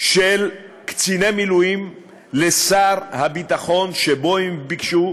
של קציני מילואים לשר הביטחון שבו הם ביקשו: